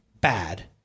bad